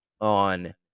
on